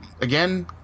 again